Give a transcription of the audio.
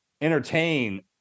entertain